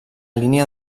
línia